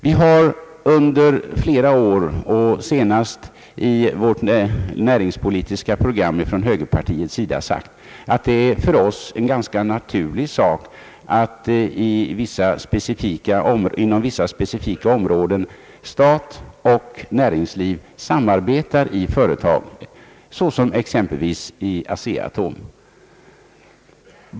Vi har under flera år, senast i vårt näringspolitiska program, ifrån högerpartiets sida sagt att det för oss är en ganska naturlig sak att inom vissa specifika områden stat och näringsliv samarbetar i företag, såsom i ASEA-Atom.